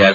R